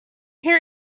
hear